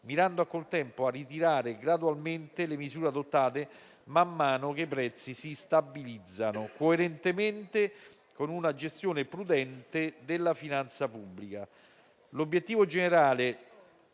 mirando al contempo a ritirare gradualmente le misure adottate man mano che i prezzi si stabilizzano, coerentemente con una gestione prudente della finanza pubblica.